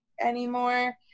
anymore